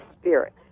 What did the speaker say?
spirit